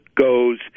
goes